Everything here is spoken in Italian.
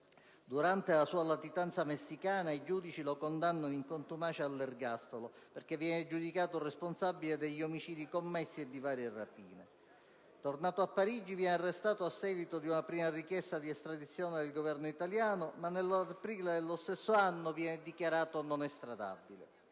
Durante la sua latitanza messicana, i giudici italiani lo condannarono in contumacia all'ergastolo perché giudicato responsabile dei quattro omicidi e di varie rapine. Tornato a Parigi, viene arrestato a seguito di una prima richiesta di estradizione del Governo italiano, ma nell'aprile dello stesso anno è dichiarato non estradabile.